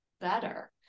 better